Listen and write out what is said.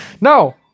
no